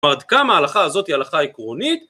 זאת אומרת כמה ההלכה הזאת היא הלכה עקרונית